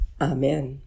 Amen